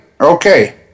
Okay